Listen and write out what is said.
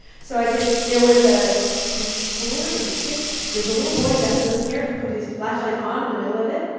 so i did. there was a was he four? was he six? there was a little boy who got so scared he put his flashlight on in the middle of it.